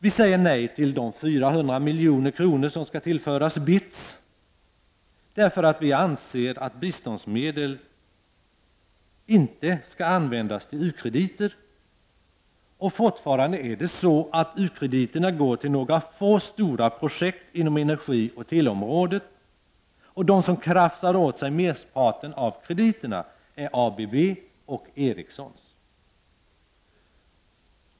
Vi säger nej till de 400 miljoner som skall tillföras BITS, därför att vi anser att biståndsmedel inte skall användas till u-krediter. Fortfarande går u-krediterna till några få stora projekt inom energioch teleområdet. De som krafsar åt sig merparten av krediterna är ABB och Ericsson.